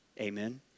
Amen